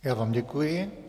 Já vám děkuji.